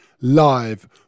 live